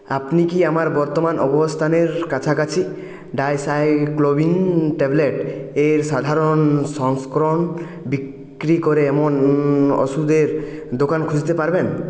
আপনি কি আমার বর্তমান অবস্থানের কাছাকাছি ডাইসাইক্লোমিন ট্যাবলেট এর সাধারণ সংস্করণ বিক্রি করে এমন ওষুধের দোকান খুঁজতে পারবেন